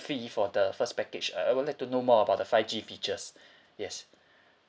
free for the first package uh I would like to know more about the five G features yes